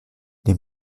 les